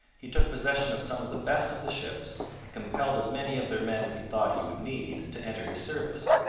he took possession of some of the best of the ships and compelled as many of their men as he thought he would need to enter his service.